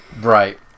Right